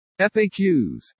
FAQs